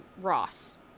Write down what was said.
Ross